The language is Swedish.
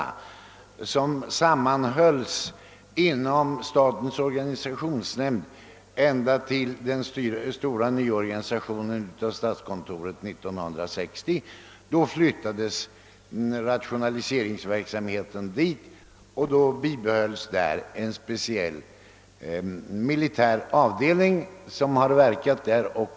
Dessa sammanhölls inom statens organisationsnämnd ända till den stora nyorganisationen av staiskontoret 1960. Då flyttades rationaliseringsverksamheten till statskontoret, och där inrättades en speciell militär avdelning, som har verkat hitintills.